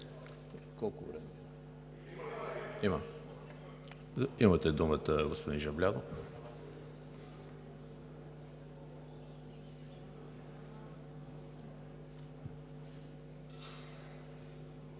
Имате думата, господин Жаблянов.